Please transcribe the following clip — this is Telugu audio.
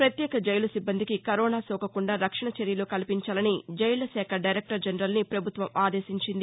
పత్యేక జైలు సిబ్బందికి కరోనా సోకకుండా రక్షణ చర్యలు కల్పించాలని జైళ్ల శాఖ డైరెక్టర్ జనరల్ ని ప్రభుత్వం ఆదేశించింది